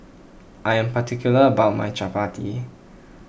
I am particular about my Chappati